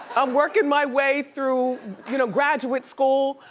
i'm working my way through you know graduate school,